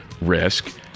Risk